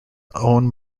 own